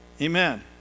Amen